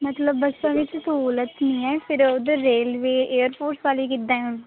ਮਤਲਬ ਬੱਸਾਂ ਵਿੱਚ ਸਹੂਲਤ ਨਹੀਂ ਹੈ ਫਿਰ ਉੱਧਰ ਰੇਲਵੇ ਏਅਰਪੋਰਟ ਵੱਲ ਕਿੱਦਾਂ